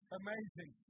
amazing